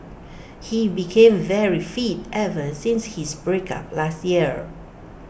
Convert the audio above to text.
he became very fit ever since his breakup last year